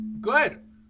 Good